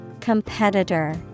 Competitor